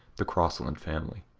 the crossland family.